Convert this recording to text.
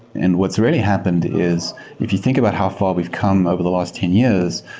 and what's really happened is if you think about how far we've come over the last ten years,